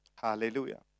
Hallelujah